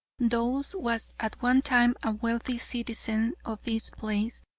doles was at one time a wealthy citizen of this place,